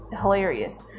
hilarious